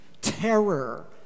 Terror